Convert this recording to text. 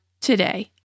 today